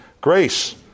grace